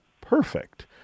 perfect